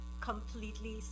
completely